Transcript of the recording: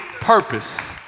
purpose